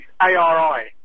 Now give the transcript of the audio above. A-R-I